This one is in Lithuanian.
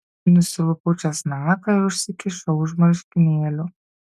nusilupau česnaką ir užsikišau už marškinėlių